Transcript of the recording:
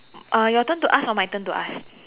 uh your turn to ask or my turn to ask